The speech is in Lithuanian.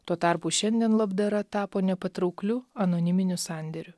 tuo tarpu šiandien labdara tapo nepatraukliu anoniminiu sandėriu